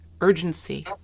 urgency